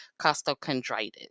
costochondritis